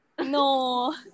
No